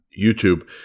YouTube